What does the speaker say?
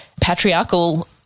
patriarchal